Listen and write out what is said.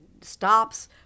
stops